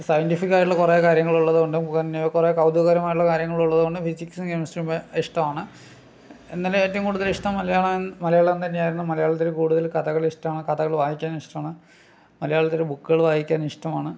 scientific ആയിട്ടുള്ള കുറെ കാര്യങ്ങള് ഉള്ളതുകൊണ്ട് നമുക്ക് തന്നെ കുറെ കൗതുകകരമായ കാര്യങ്ങള് ഉള്ളതുകൊണ്ട് ഫിസിക്സും കെമസ്ട്രീയും ഭ ഇഷ്ടമാണ് എന്നാലും ഏറ്റവും കൂടുതലിഷ്ടം മലയാളം മലയാളം തന്നെയായിരുന്നു മലയാളത്തില് കൂടുതൽ കഥകളിഷ്ടമാണ് കഥകള് വായിക്കാനിഷ്ടമാണ് മലയാളത്തില് ബുക്കുകള് വായിക്കാനിഷ്ടമാണ്